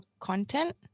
content